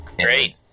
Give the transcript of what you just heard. great